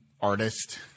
artist